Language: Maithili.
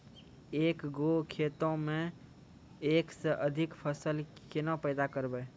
एक गो खेतो मे एक से अधिक फसल केना पैदा करबै?